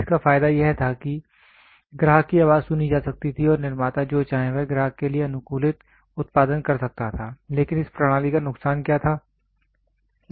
इसका फायदा यह था कि ग्राहक की आवाज़ सुनी जा सकती थी और निर्माता जो चाहे वह ग्राहक के लिए अनुकूलित उत्पादन कर सकता था लेकिन इस प्रणाली का नुकसान क्या था